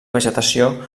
vegetació